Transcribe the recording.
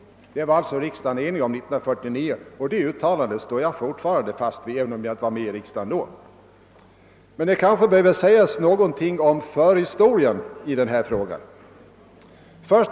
Detta var riksdagen alltså enig om 1949, och det uttalandet ansluter jag mig till även om jag inte var ledamot av riksdagen då. Det kanske behöver sägas något om förhistorien i denna fråga.